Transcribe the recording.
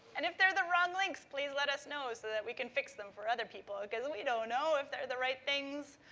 and if they're the wrong links, please let us know so that we can fix them for other people because we don't know if they're the right things.